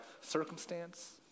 circumstance